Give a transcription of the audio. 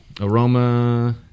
Aroma